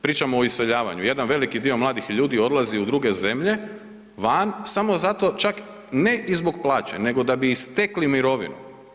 Pričamo o iseljavanju, jedan veliki dio mladih ljudi odlazi u druge zemlje van samo zato čak ne i zbog plaće, nego da bi stekli mirovinu.